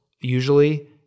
Usually